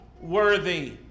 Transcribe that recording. worthy